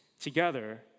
together